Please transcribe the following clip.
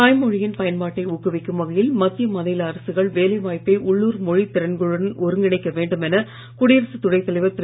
தாய்மொழியின் பயன்பாட்டை ஊக்குவிக்கும் வகையில் மத்திய மாநில அரசுகள் வேலை வாய்ப்பை உள்ளுர் மொழித் திறன்களுடன் ஒருங்கிணைக்க வேண்டும் என தலைவர் திரு